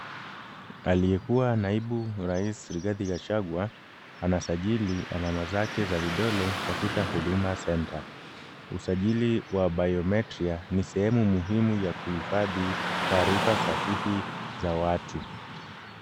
Aliyekuwa naibu rais Rigathi Gachagua, anasajili alama zake za vidole katika Huduma centre . Usajili wa bayometria ni sehemu muhimu ya kuhifadhi taarifa sahihi za watu.